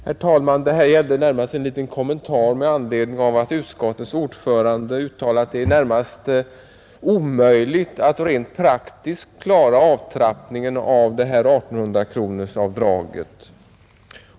Herr talman! Det här gällde närmast en liten kommentar med anledning av att utskottets ordförande uttalat att det är i det närmaste omöjligt att rent praktiskt klara avtrappningen av 1800-kronorsavdraget.